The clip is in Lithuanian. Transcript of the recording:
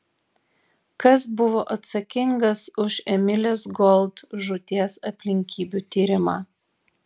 kas buvo atsakingas už emilės gold žūties aplinkybių tyrimą